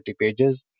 pages